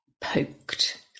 poked